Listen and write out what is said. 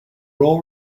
role